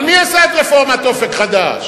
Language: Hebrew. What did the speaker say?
אבל מי עשה את רפורמת "אופק חדש"